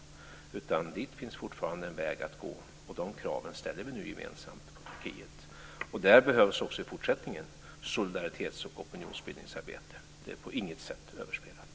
Dit finns fortfarande en väg att gå. De kraven ställer vi nu gemensamt på Turkiet. Där behövs också i fortsättningen solidaritets och opinionsbildningsarbete. Det är på inget sätt överspelat.